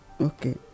okay